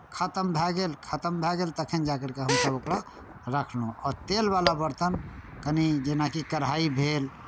खतम भए गेल खतम भए गेल तखन जा करि कऽ हमसभ ओकरा राखलहुँ आओर तेलवला बरतन कनि जेनाकि कढ़ाही भेल